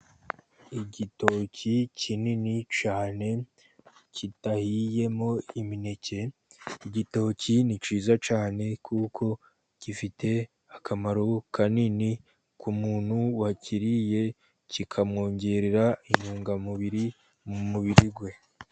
Igitoki kinini cyane kidahiyemo imineke. Igitoki ni cyiza cyane, kuko gifite akamaro kanini ku muntu wakiriye kikamwongerera intungamubiri mu mubiri we.